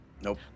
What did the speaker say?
nope